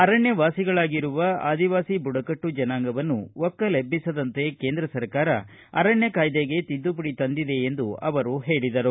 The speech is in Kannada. ಅರಣ್ಣವಾಸಿಗಳಾಗಿರುವ ಆದಿವಾಸಿ ಬುಡಕಟ್ಟು ಜನಾಂಗವನ್ನು ಒಕ್ಕಲೆಬ್ಬಿಸದಂತೆ ಕೇಂದ್ರ ಸರ್ಕಾರ ಅರಣ್ಯ ಕಾಯ್ದೆಗೆ ತಿದ್ದುಪಡಿ ತಂದಿದೆ ಎಂದು ಹೇಳದರು